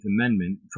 Amendment